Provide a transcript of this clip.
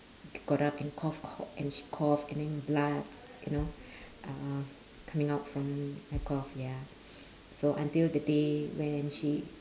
got up and cough co~ and she cough and then blood you know uh coming out from the cough ya so until the day when she